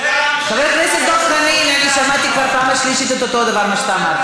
אני שמעתי כבר פעם שלישית את אותו דבר שאמרת.